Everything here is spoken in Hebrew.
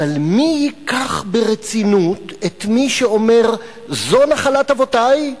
אבל מי ייקח ברצינות את מי שאומר: זו נחלת אבותי,